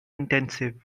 intensive